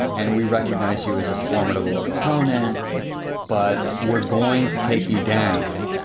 and we recognize you as a formidable opponent but we're going to take you down.